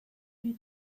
you